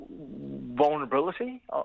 vulnerability